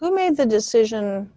who made the decision